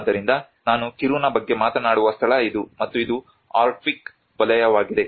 ಆದ್ದರಿಂದ ನಾನು ಕಿರುನಾ ಬಗ್ಗೆ ಮಾತನಾಡುವ ಸ್ಥಳ ಇದು ಮತ್ತು ಇದು ಆರ್ಕ್ಟಿಕ್ ವಲಯವಾಗಿದೆ